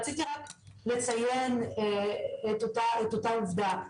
רציתי רק לציין את אותה עובדה,